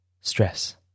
stress